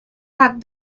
have